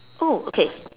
oh okay